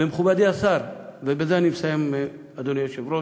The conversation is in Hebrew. ומכובדי השר, ובזה אני מסיים, אדוני היושב-ראש: